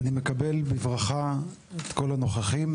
אני מקבל בברכה את כל הנוכחים